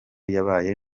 yabaye